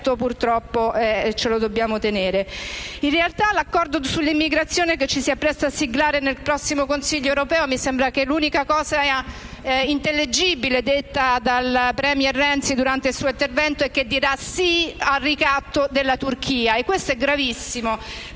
all'accordo sull'immigrazione che ci si appresta a siglare nella prossima riunione del Consiglio europeo, mi sembra che l'unica cosa intellegibile detta dal *premier* Renzi durante il suo intervento è che dirà sì al ricatto della Turchia. Ciò è gravissimo,